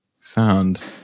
sound